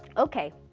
okay.